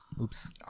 Oops